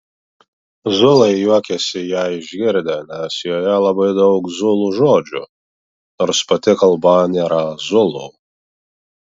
zulai juokėsi ją išgirdę nes joje labai daug zulų žodžių nors pati kalba nėra zulų